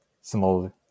small